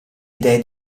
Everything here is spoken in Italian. idee